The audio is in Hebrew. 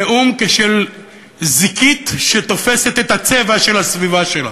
נאום כשל זיקית, שתופסת את הצבע של הסביבה שלה.